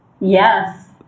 Yes